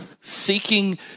seeking